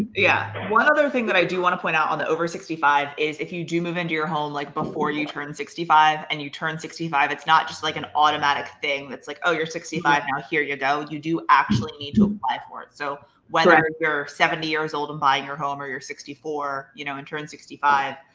yeah. one other thing that i do wanna point out on the over sixty five is if you do move into your home like before you turn sixty five and you turn sixty five, it's not just like an automatic thing that's like, oh, you're sixty five, now, here you go. you do actually need to apply for it. so whether you're seventy years old and buying your home, or you're sixty four, you know and turn sixty five,